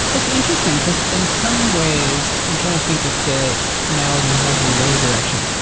that's interesting, because in some ways, i'm trying to think if the analogy holds in the other direction.